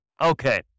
Okay